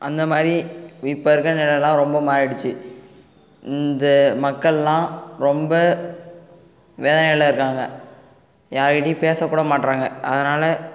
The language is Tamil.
அந்தமாதிரி இப்போ இருக்கற நிலையெல்லாம் ரொம்ப மாறிடுச்சு இந்த மக்களெலாம் ரொம்ப வேலையில் இருக்காங்க யாருகிட்டேயும் பேசக்கூட மாட்டுறாங்க அதனால்